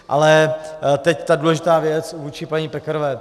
Ale teď ta důležitá věc vůči paní Pekarové.